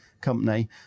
company